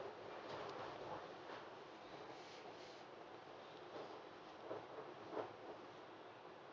okay mm